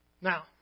Now